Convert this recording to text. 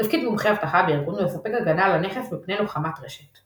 תפקיד מומחה אבטחה בארגון הוא לספק הגנה על הנכס מפני לוחמת רשת.